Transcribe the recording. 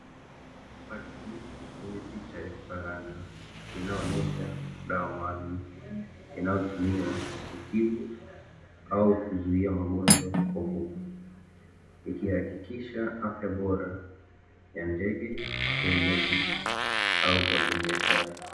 Pakiti yenye picha ya kifaranga inayoonyesha dawa maalumu ,inayotumika kutibu au kuzuia magonjwa kwa kuku, ikiashilia afya bora ya ndege wa kienyeji au wa kibiashara.